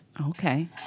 Okay